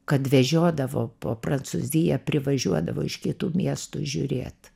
kad vežiodavo po prancūziją privažiuodavo iš kitų miestų žiūrėt